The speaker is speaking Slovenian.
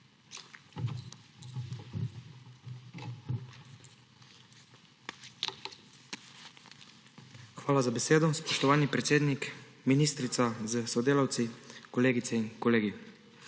Hvala za besedo, spoštovani podpredsednik. Ministrica s sodelavci, kolegice in kolegi!